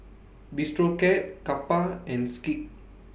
Bistro Cat Kappa and Schick